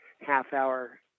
half-hour